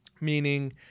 meaning